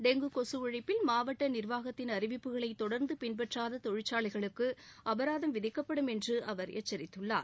dengue கொசு ஒழிப்பில் மாவட்ட நிாவாகத்தின் அறிவிப்புகளை தொடா்ந்து பின்பற்றாத தொழிற்சாலைகளுக்கு அபராதம் விதிக்கப்படும் என்று அவர் எச்சித்துள்ளார்